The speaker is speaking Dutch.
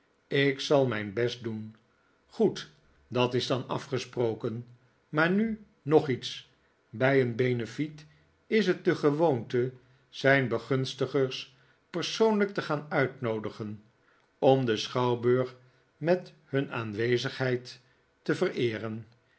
ik zal mijn best doen goed dat is dan afgesproken maar nu nog iets bij een benefiet is het de gewoonte zijn begunstigers persoonlijk te gaan uitnoodigen om den schouwburg met hun aanwezignikola as nickleby heid te vereeren